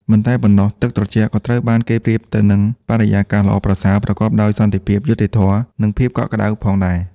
មិនតែប៉ុណ្ណោះ ទឹកត្រជាក់ ក៏ត្រូវបានគេប្រៀបទៅនឹង បរិយាកាសល្អប្រសើរ ប្រកបដោយសន្តិភាព យុត្តិធម៌ និងភាពកក់ក្ដៅផងដែរ។